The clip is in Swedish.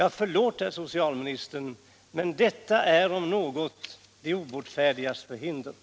Förlåt, herr socialminister, men detta är om något de obotfärdigas förhinder!